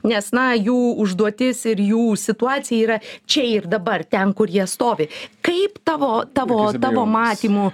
nes na jų užduotis ir jų situacija yra čia ir dabar ten kur jie stovi kaip tavo tavo tavo matymu